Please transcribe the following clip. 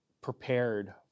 prepared